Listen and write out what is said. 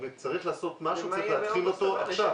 אם צריך לעשות משהו צריך להתחיל אותו עכשיו.